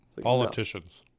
Politicians